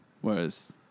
whereas